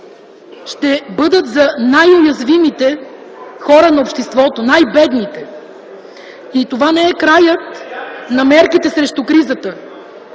ще бъдат за най-уязвимите хора на обществото, най-бедните. И това не е краят на мерките срещу кризата.